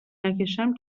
نکشم